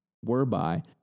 whereby